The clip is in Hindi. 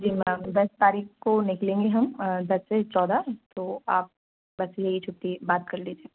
जी मैम दस तारीख को निकलेंगे हम दस से चौदह तो आप बस यही छुट्टी बात कर लीजिए